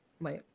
Wait